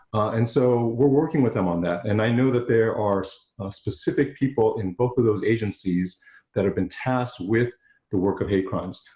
and so we're working with them on that and i know that there are specific people in both of those agencies that have been tasked with the work of hate crimes.